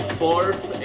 fourth